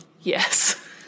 Yes